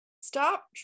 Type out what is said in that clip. stop